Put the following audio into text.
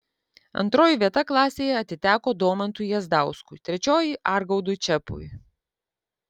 antroji vieta klasėje atiteko domantui jazdauskui trečioji argaudui čepui